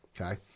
Okay